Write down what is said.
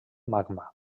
magma